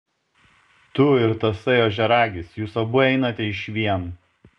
tu ir tasai ožiaragis jūs abu einate išvien